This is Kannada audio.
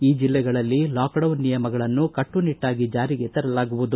ಈ ಜಿಲ್ಲೆಗಳಲ್ಲಿ ಲಾಕ್ಡೌನ್ ನಿಯಮಗಳನ್ನು ಕಟ್ಟುನಿಟ್ಟಾಗಿ ಜಾರಿಗೆ ತರಲಾಗುವುದು